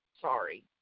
Sorry